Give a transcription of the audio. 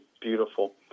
beautiful